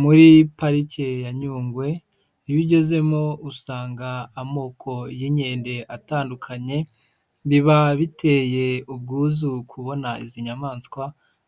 Muri Parike ya Nyungwe iyo ugezemo usanga amoko y'inkende atandukanye, biba biteye ubwuzu kubona izi nyamaswa